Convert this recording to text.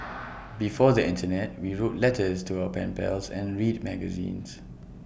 before the Internet we wrote letters to our pen pals and read magazines